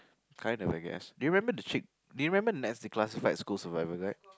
kind of I guess do you remember the chick do you remember Ned's-Declassified-School-Survival-Guide